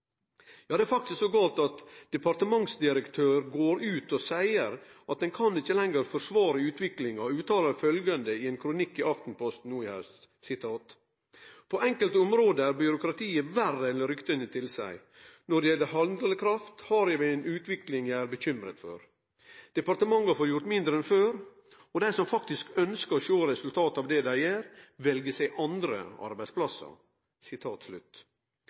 Ja, det er faktisk så gale fatt at ein avdelingsdirektør i eit av departementa går ut og seier at ein ikkje lenger kan forsvare utviklinga. Han uttalte i Aftenposten no i haust: «På enkelte områder er byråkratiet verre enn ryktene tilsier. Når det gjelder handlekraft, har vi en utvikling jeg er bekymret for.» Han seier vidare: departementene får gjort mindre enn før. De som faktisk ønsker å se resultater av det de gjør, vil velge seg andre arbeidsplasser.»